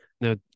Now